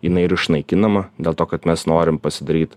jinai ir išnaikinama dėl to kad mes norim pasidaryt